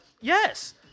yes